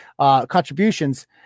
contributions